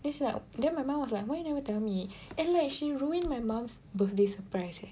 then she like then my mum was like why you never tell me and like she ruined my mum's birthday surprise eh